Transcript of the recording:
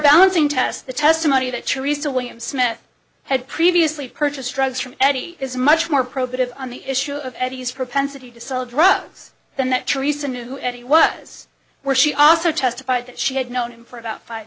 balancing test the testimony that teresa william smith had previously purchased drugs from eddie is much more probative on the issue of eddie's propensity to sell drugs than that theresa knew who eddie was where she also testified that she had known him for about five